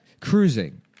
cruising